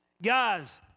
Guys